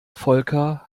volker